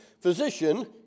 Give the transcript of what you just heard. Physician